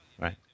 Right